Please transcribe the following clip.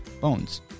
bones